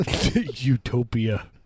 utopia